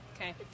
Okay